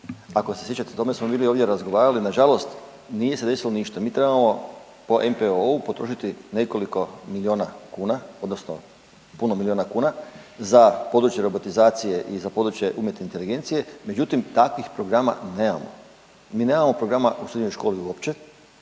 Ako se sjećate o tome smo bili ovdje razgovarali, nažalost nije se desilo ništa. Mi trebamo po NPO-u potrošiti nekoliko miliona kuna odnosno puno milijuna kuna za područje robotizacije i za područje umjetne inteligencije međutim takvih programa nemamo. Mi nemamo program u srednjoj školi uopće